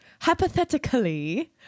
hypothetically